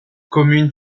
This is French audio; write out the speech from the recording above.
commune